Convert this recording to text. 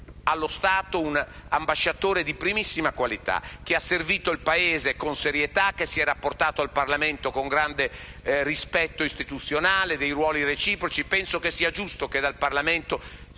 dello Stato un ambasciatore di primissima qualità, che ha servito il Paese con serietà, che si è rapportato al Parlamento con grande rispetto istituzionale dei ruoli reciproci. È dunque giusto che dal Parlamento